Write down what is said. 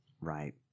Right